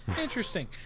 Interesting